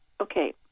okay